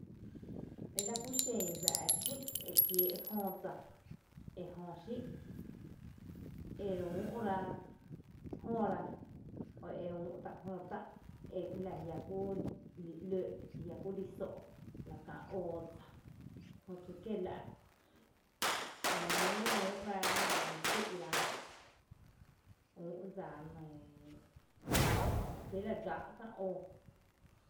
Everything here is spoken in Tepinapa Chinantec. Ela kúxen juⱥ’ xï’ ekiee’ jö dsa e re úu’ ráa’ jörá o e úu’ ta’ jö tá’ ela jia’ kúli lǿǿ, jiakuli só’ la kⱥⱥ oodsa jö nún re úu’ rá sý’ra üú’ dsa la fé la gá’ kää oo.